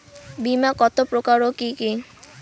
বীমা কত প্রকার ও কি কি?